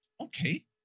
Okay